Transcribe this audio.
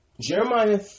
Jeremiah